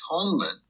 atonement